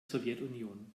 sowjetunion